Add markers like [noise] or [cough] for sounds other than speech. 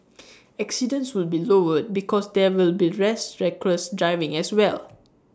[noise] accidents would be lowered because there will be less reckless driving as well